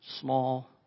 small